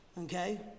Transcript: Okay